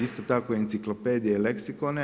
Isto tako i enciklopedije i leksikone.